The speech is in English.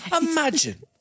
Imagine